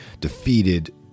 defeated